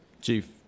Chief